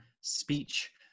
speech